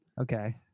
Okay